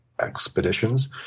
expeditions